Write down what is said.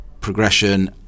progression